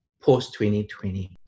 post-2020